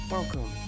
Welcome